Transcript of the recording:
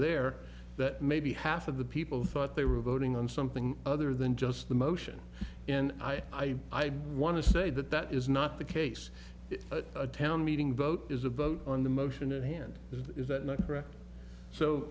that maybe half of the people thought they were voting on something other than just the motion and i want to say that that is not the case at a town meeting vote is a vote on the motion and hand is that not correct so